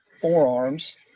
forearms